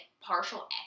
partial